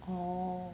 orh